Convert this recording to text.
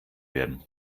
werden